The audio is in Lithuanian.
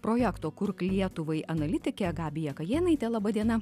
projekto kurk lietuvai analitike gabija kajėnaitė laba diena